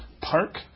park